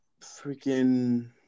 Freaking